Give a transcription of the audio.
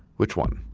which one?